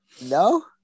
No